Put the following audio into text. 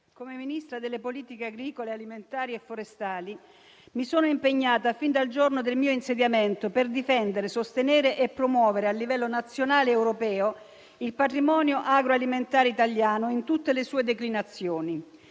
come Ministro delle politiche agricole, alimentari e forestali, mi sono impegnata fin al giorno del mio insediamento per difendere, sostenere e promuovere, a livello nazionale ed europeo, il patrimonio agroalimentare italiano in tutte le sue declinazioni.